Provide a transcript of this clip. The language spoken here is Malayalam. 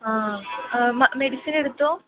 ആ മെഡിസിൻ എടുത്തോ